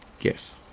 Yes